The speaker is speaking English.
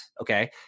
Okay